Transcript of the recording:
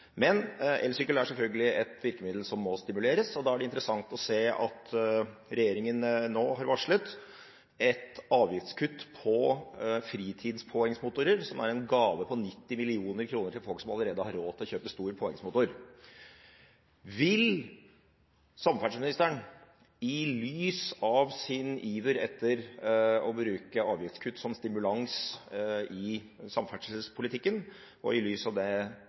Men elsykkel er selvfølgelig et virkemiddel som må stimuleres. Da er det interessant å se at regjeringen nå har varslet et avgiftskutt på fritidspåhengsmotorer som er en gave på 90 mill. kr til folk som allerede har råd til å kjøpe stor påhengsmotor. Vil samferdselsministeren – sett i lys av hans iver etter å bruke avgiftskutt som stimulans i samferdselspolitikken og i lys av